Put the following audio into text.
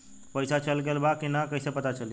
पइसा चल गेलऽ बा कि न और कइसे पता चलि?